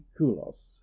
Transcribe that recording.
koulos